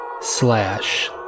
slash